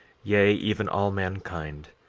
yea, even all mankind,